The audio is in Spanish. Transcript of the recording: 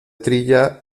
trilla